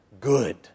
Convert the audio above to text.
good